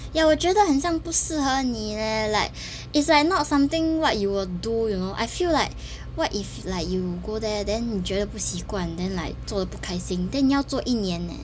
ya 我觉得很像不适合你 leh like it's like not something what you will do you know I feel like what if like you go there then 你觉得不习惯 then like 做得不开心 then 要做一年 leh